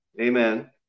amen